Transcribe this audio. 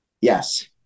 Yes